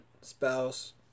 spouse